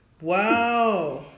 Wow